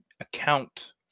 account